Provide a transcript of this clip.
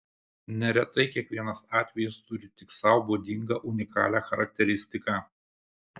neretai kiekvienas atvejis turi tik sau būdingą unikalią charakteristiką